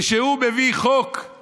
כשהוא מביא חוק של